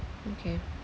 okay